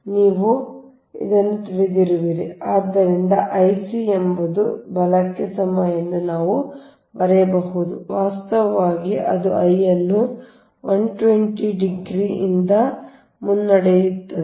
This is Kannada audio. ನೀವು ಇದನ್ನು ತಿಳಿದಿರುವಿರಿ ಆದ್ದರಿಂದ I c ಎಂಬುದು ಬಲಕ್ಕೆ ಸಮ ಎಂದು ನಾವು ಬರೆಯಬಹುದು ವಾಸ್ತವವಾಗಿ ಅದು I ಅನ್ನು 120 ಡಿಗ್ರಿಯಿಂದ ಮುನ್ನಡೆಸುತ್ತಿದೆ